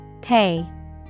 Pay